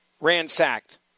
ransacked